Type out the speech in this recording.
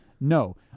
no